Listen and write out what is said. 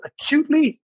acutely